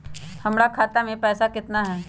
हमर खाता मे पैसा केतना है?